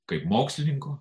kaip mokslininko